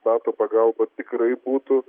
nato pagalba tikrai būtų